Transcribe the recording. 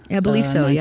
i believe so, yeah